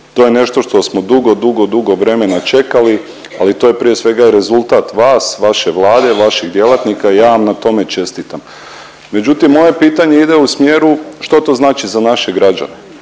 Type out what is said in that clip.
to je nešto što smo dugo, dugo, dugo vremena čekali, ali to je prije svega rezultat vas, vaše Vlade i vaših djelatnika i ja vam na tome čestitam. Međutim moje pitanje ide u smjeru što to znači za naše građane,